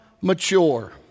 mature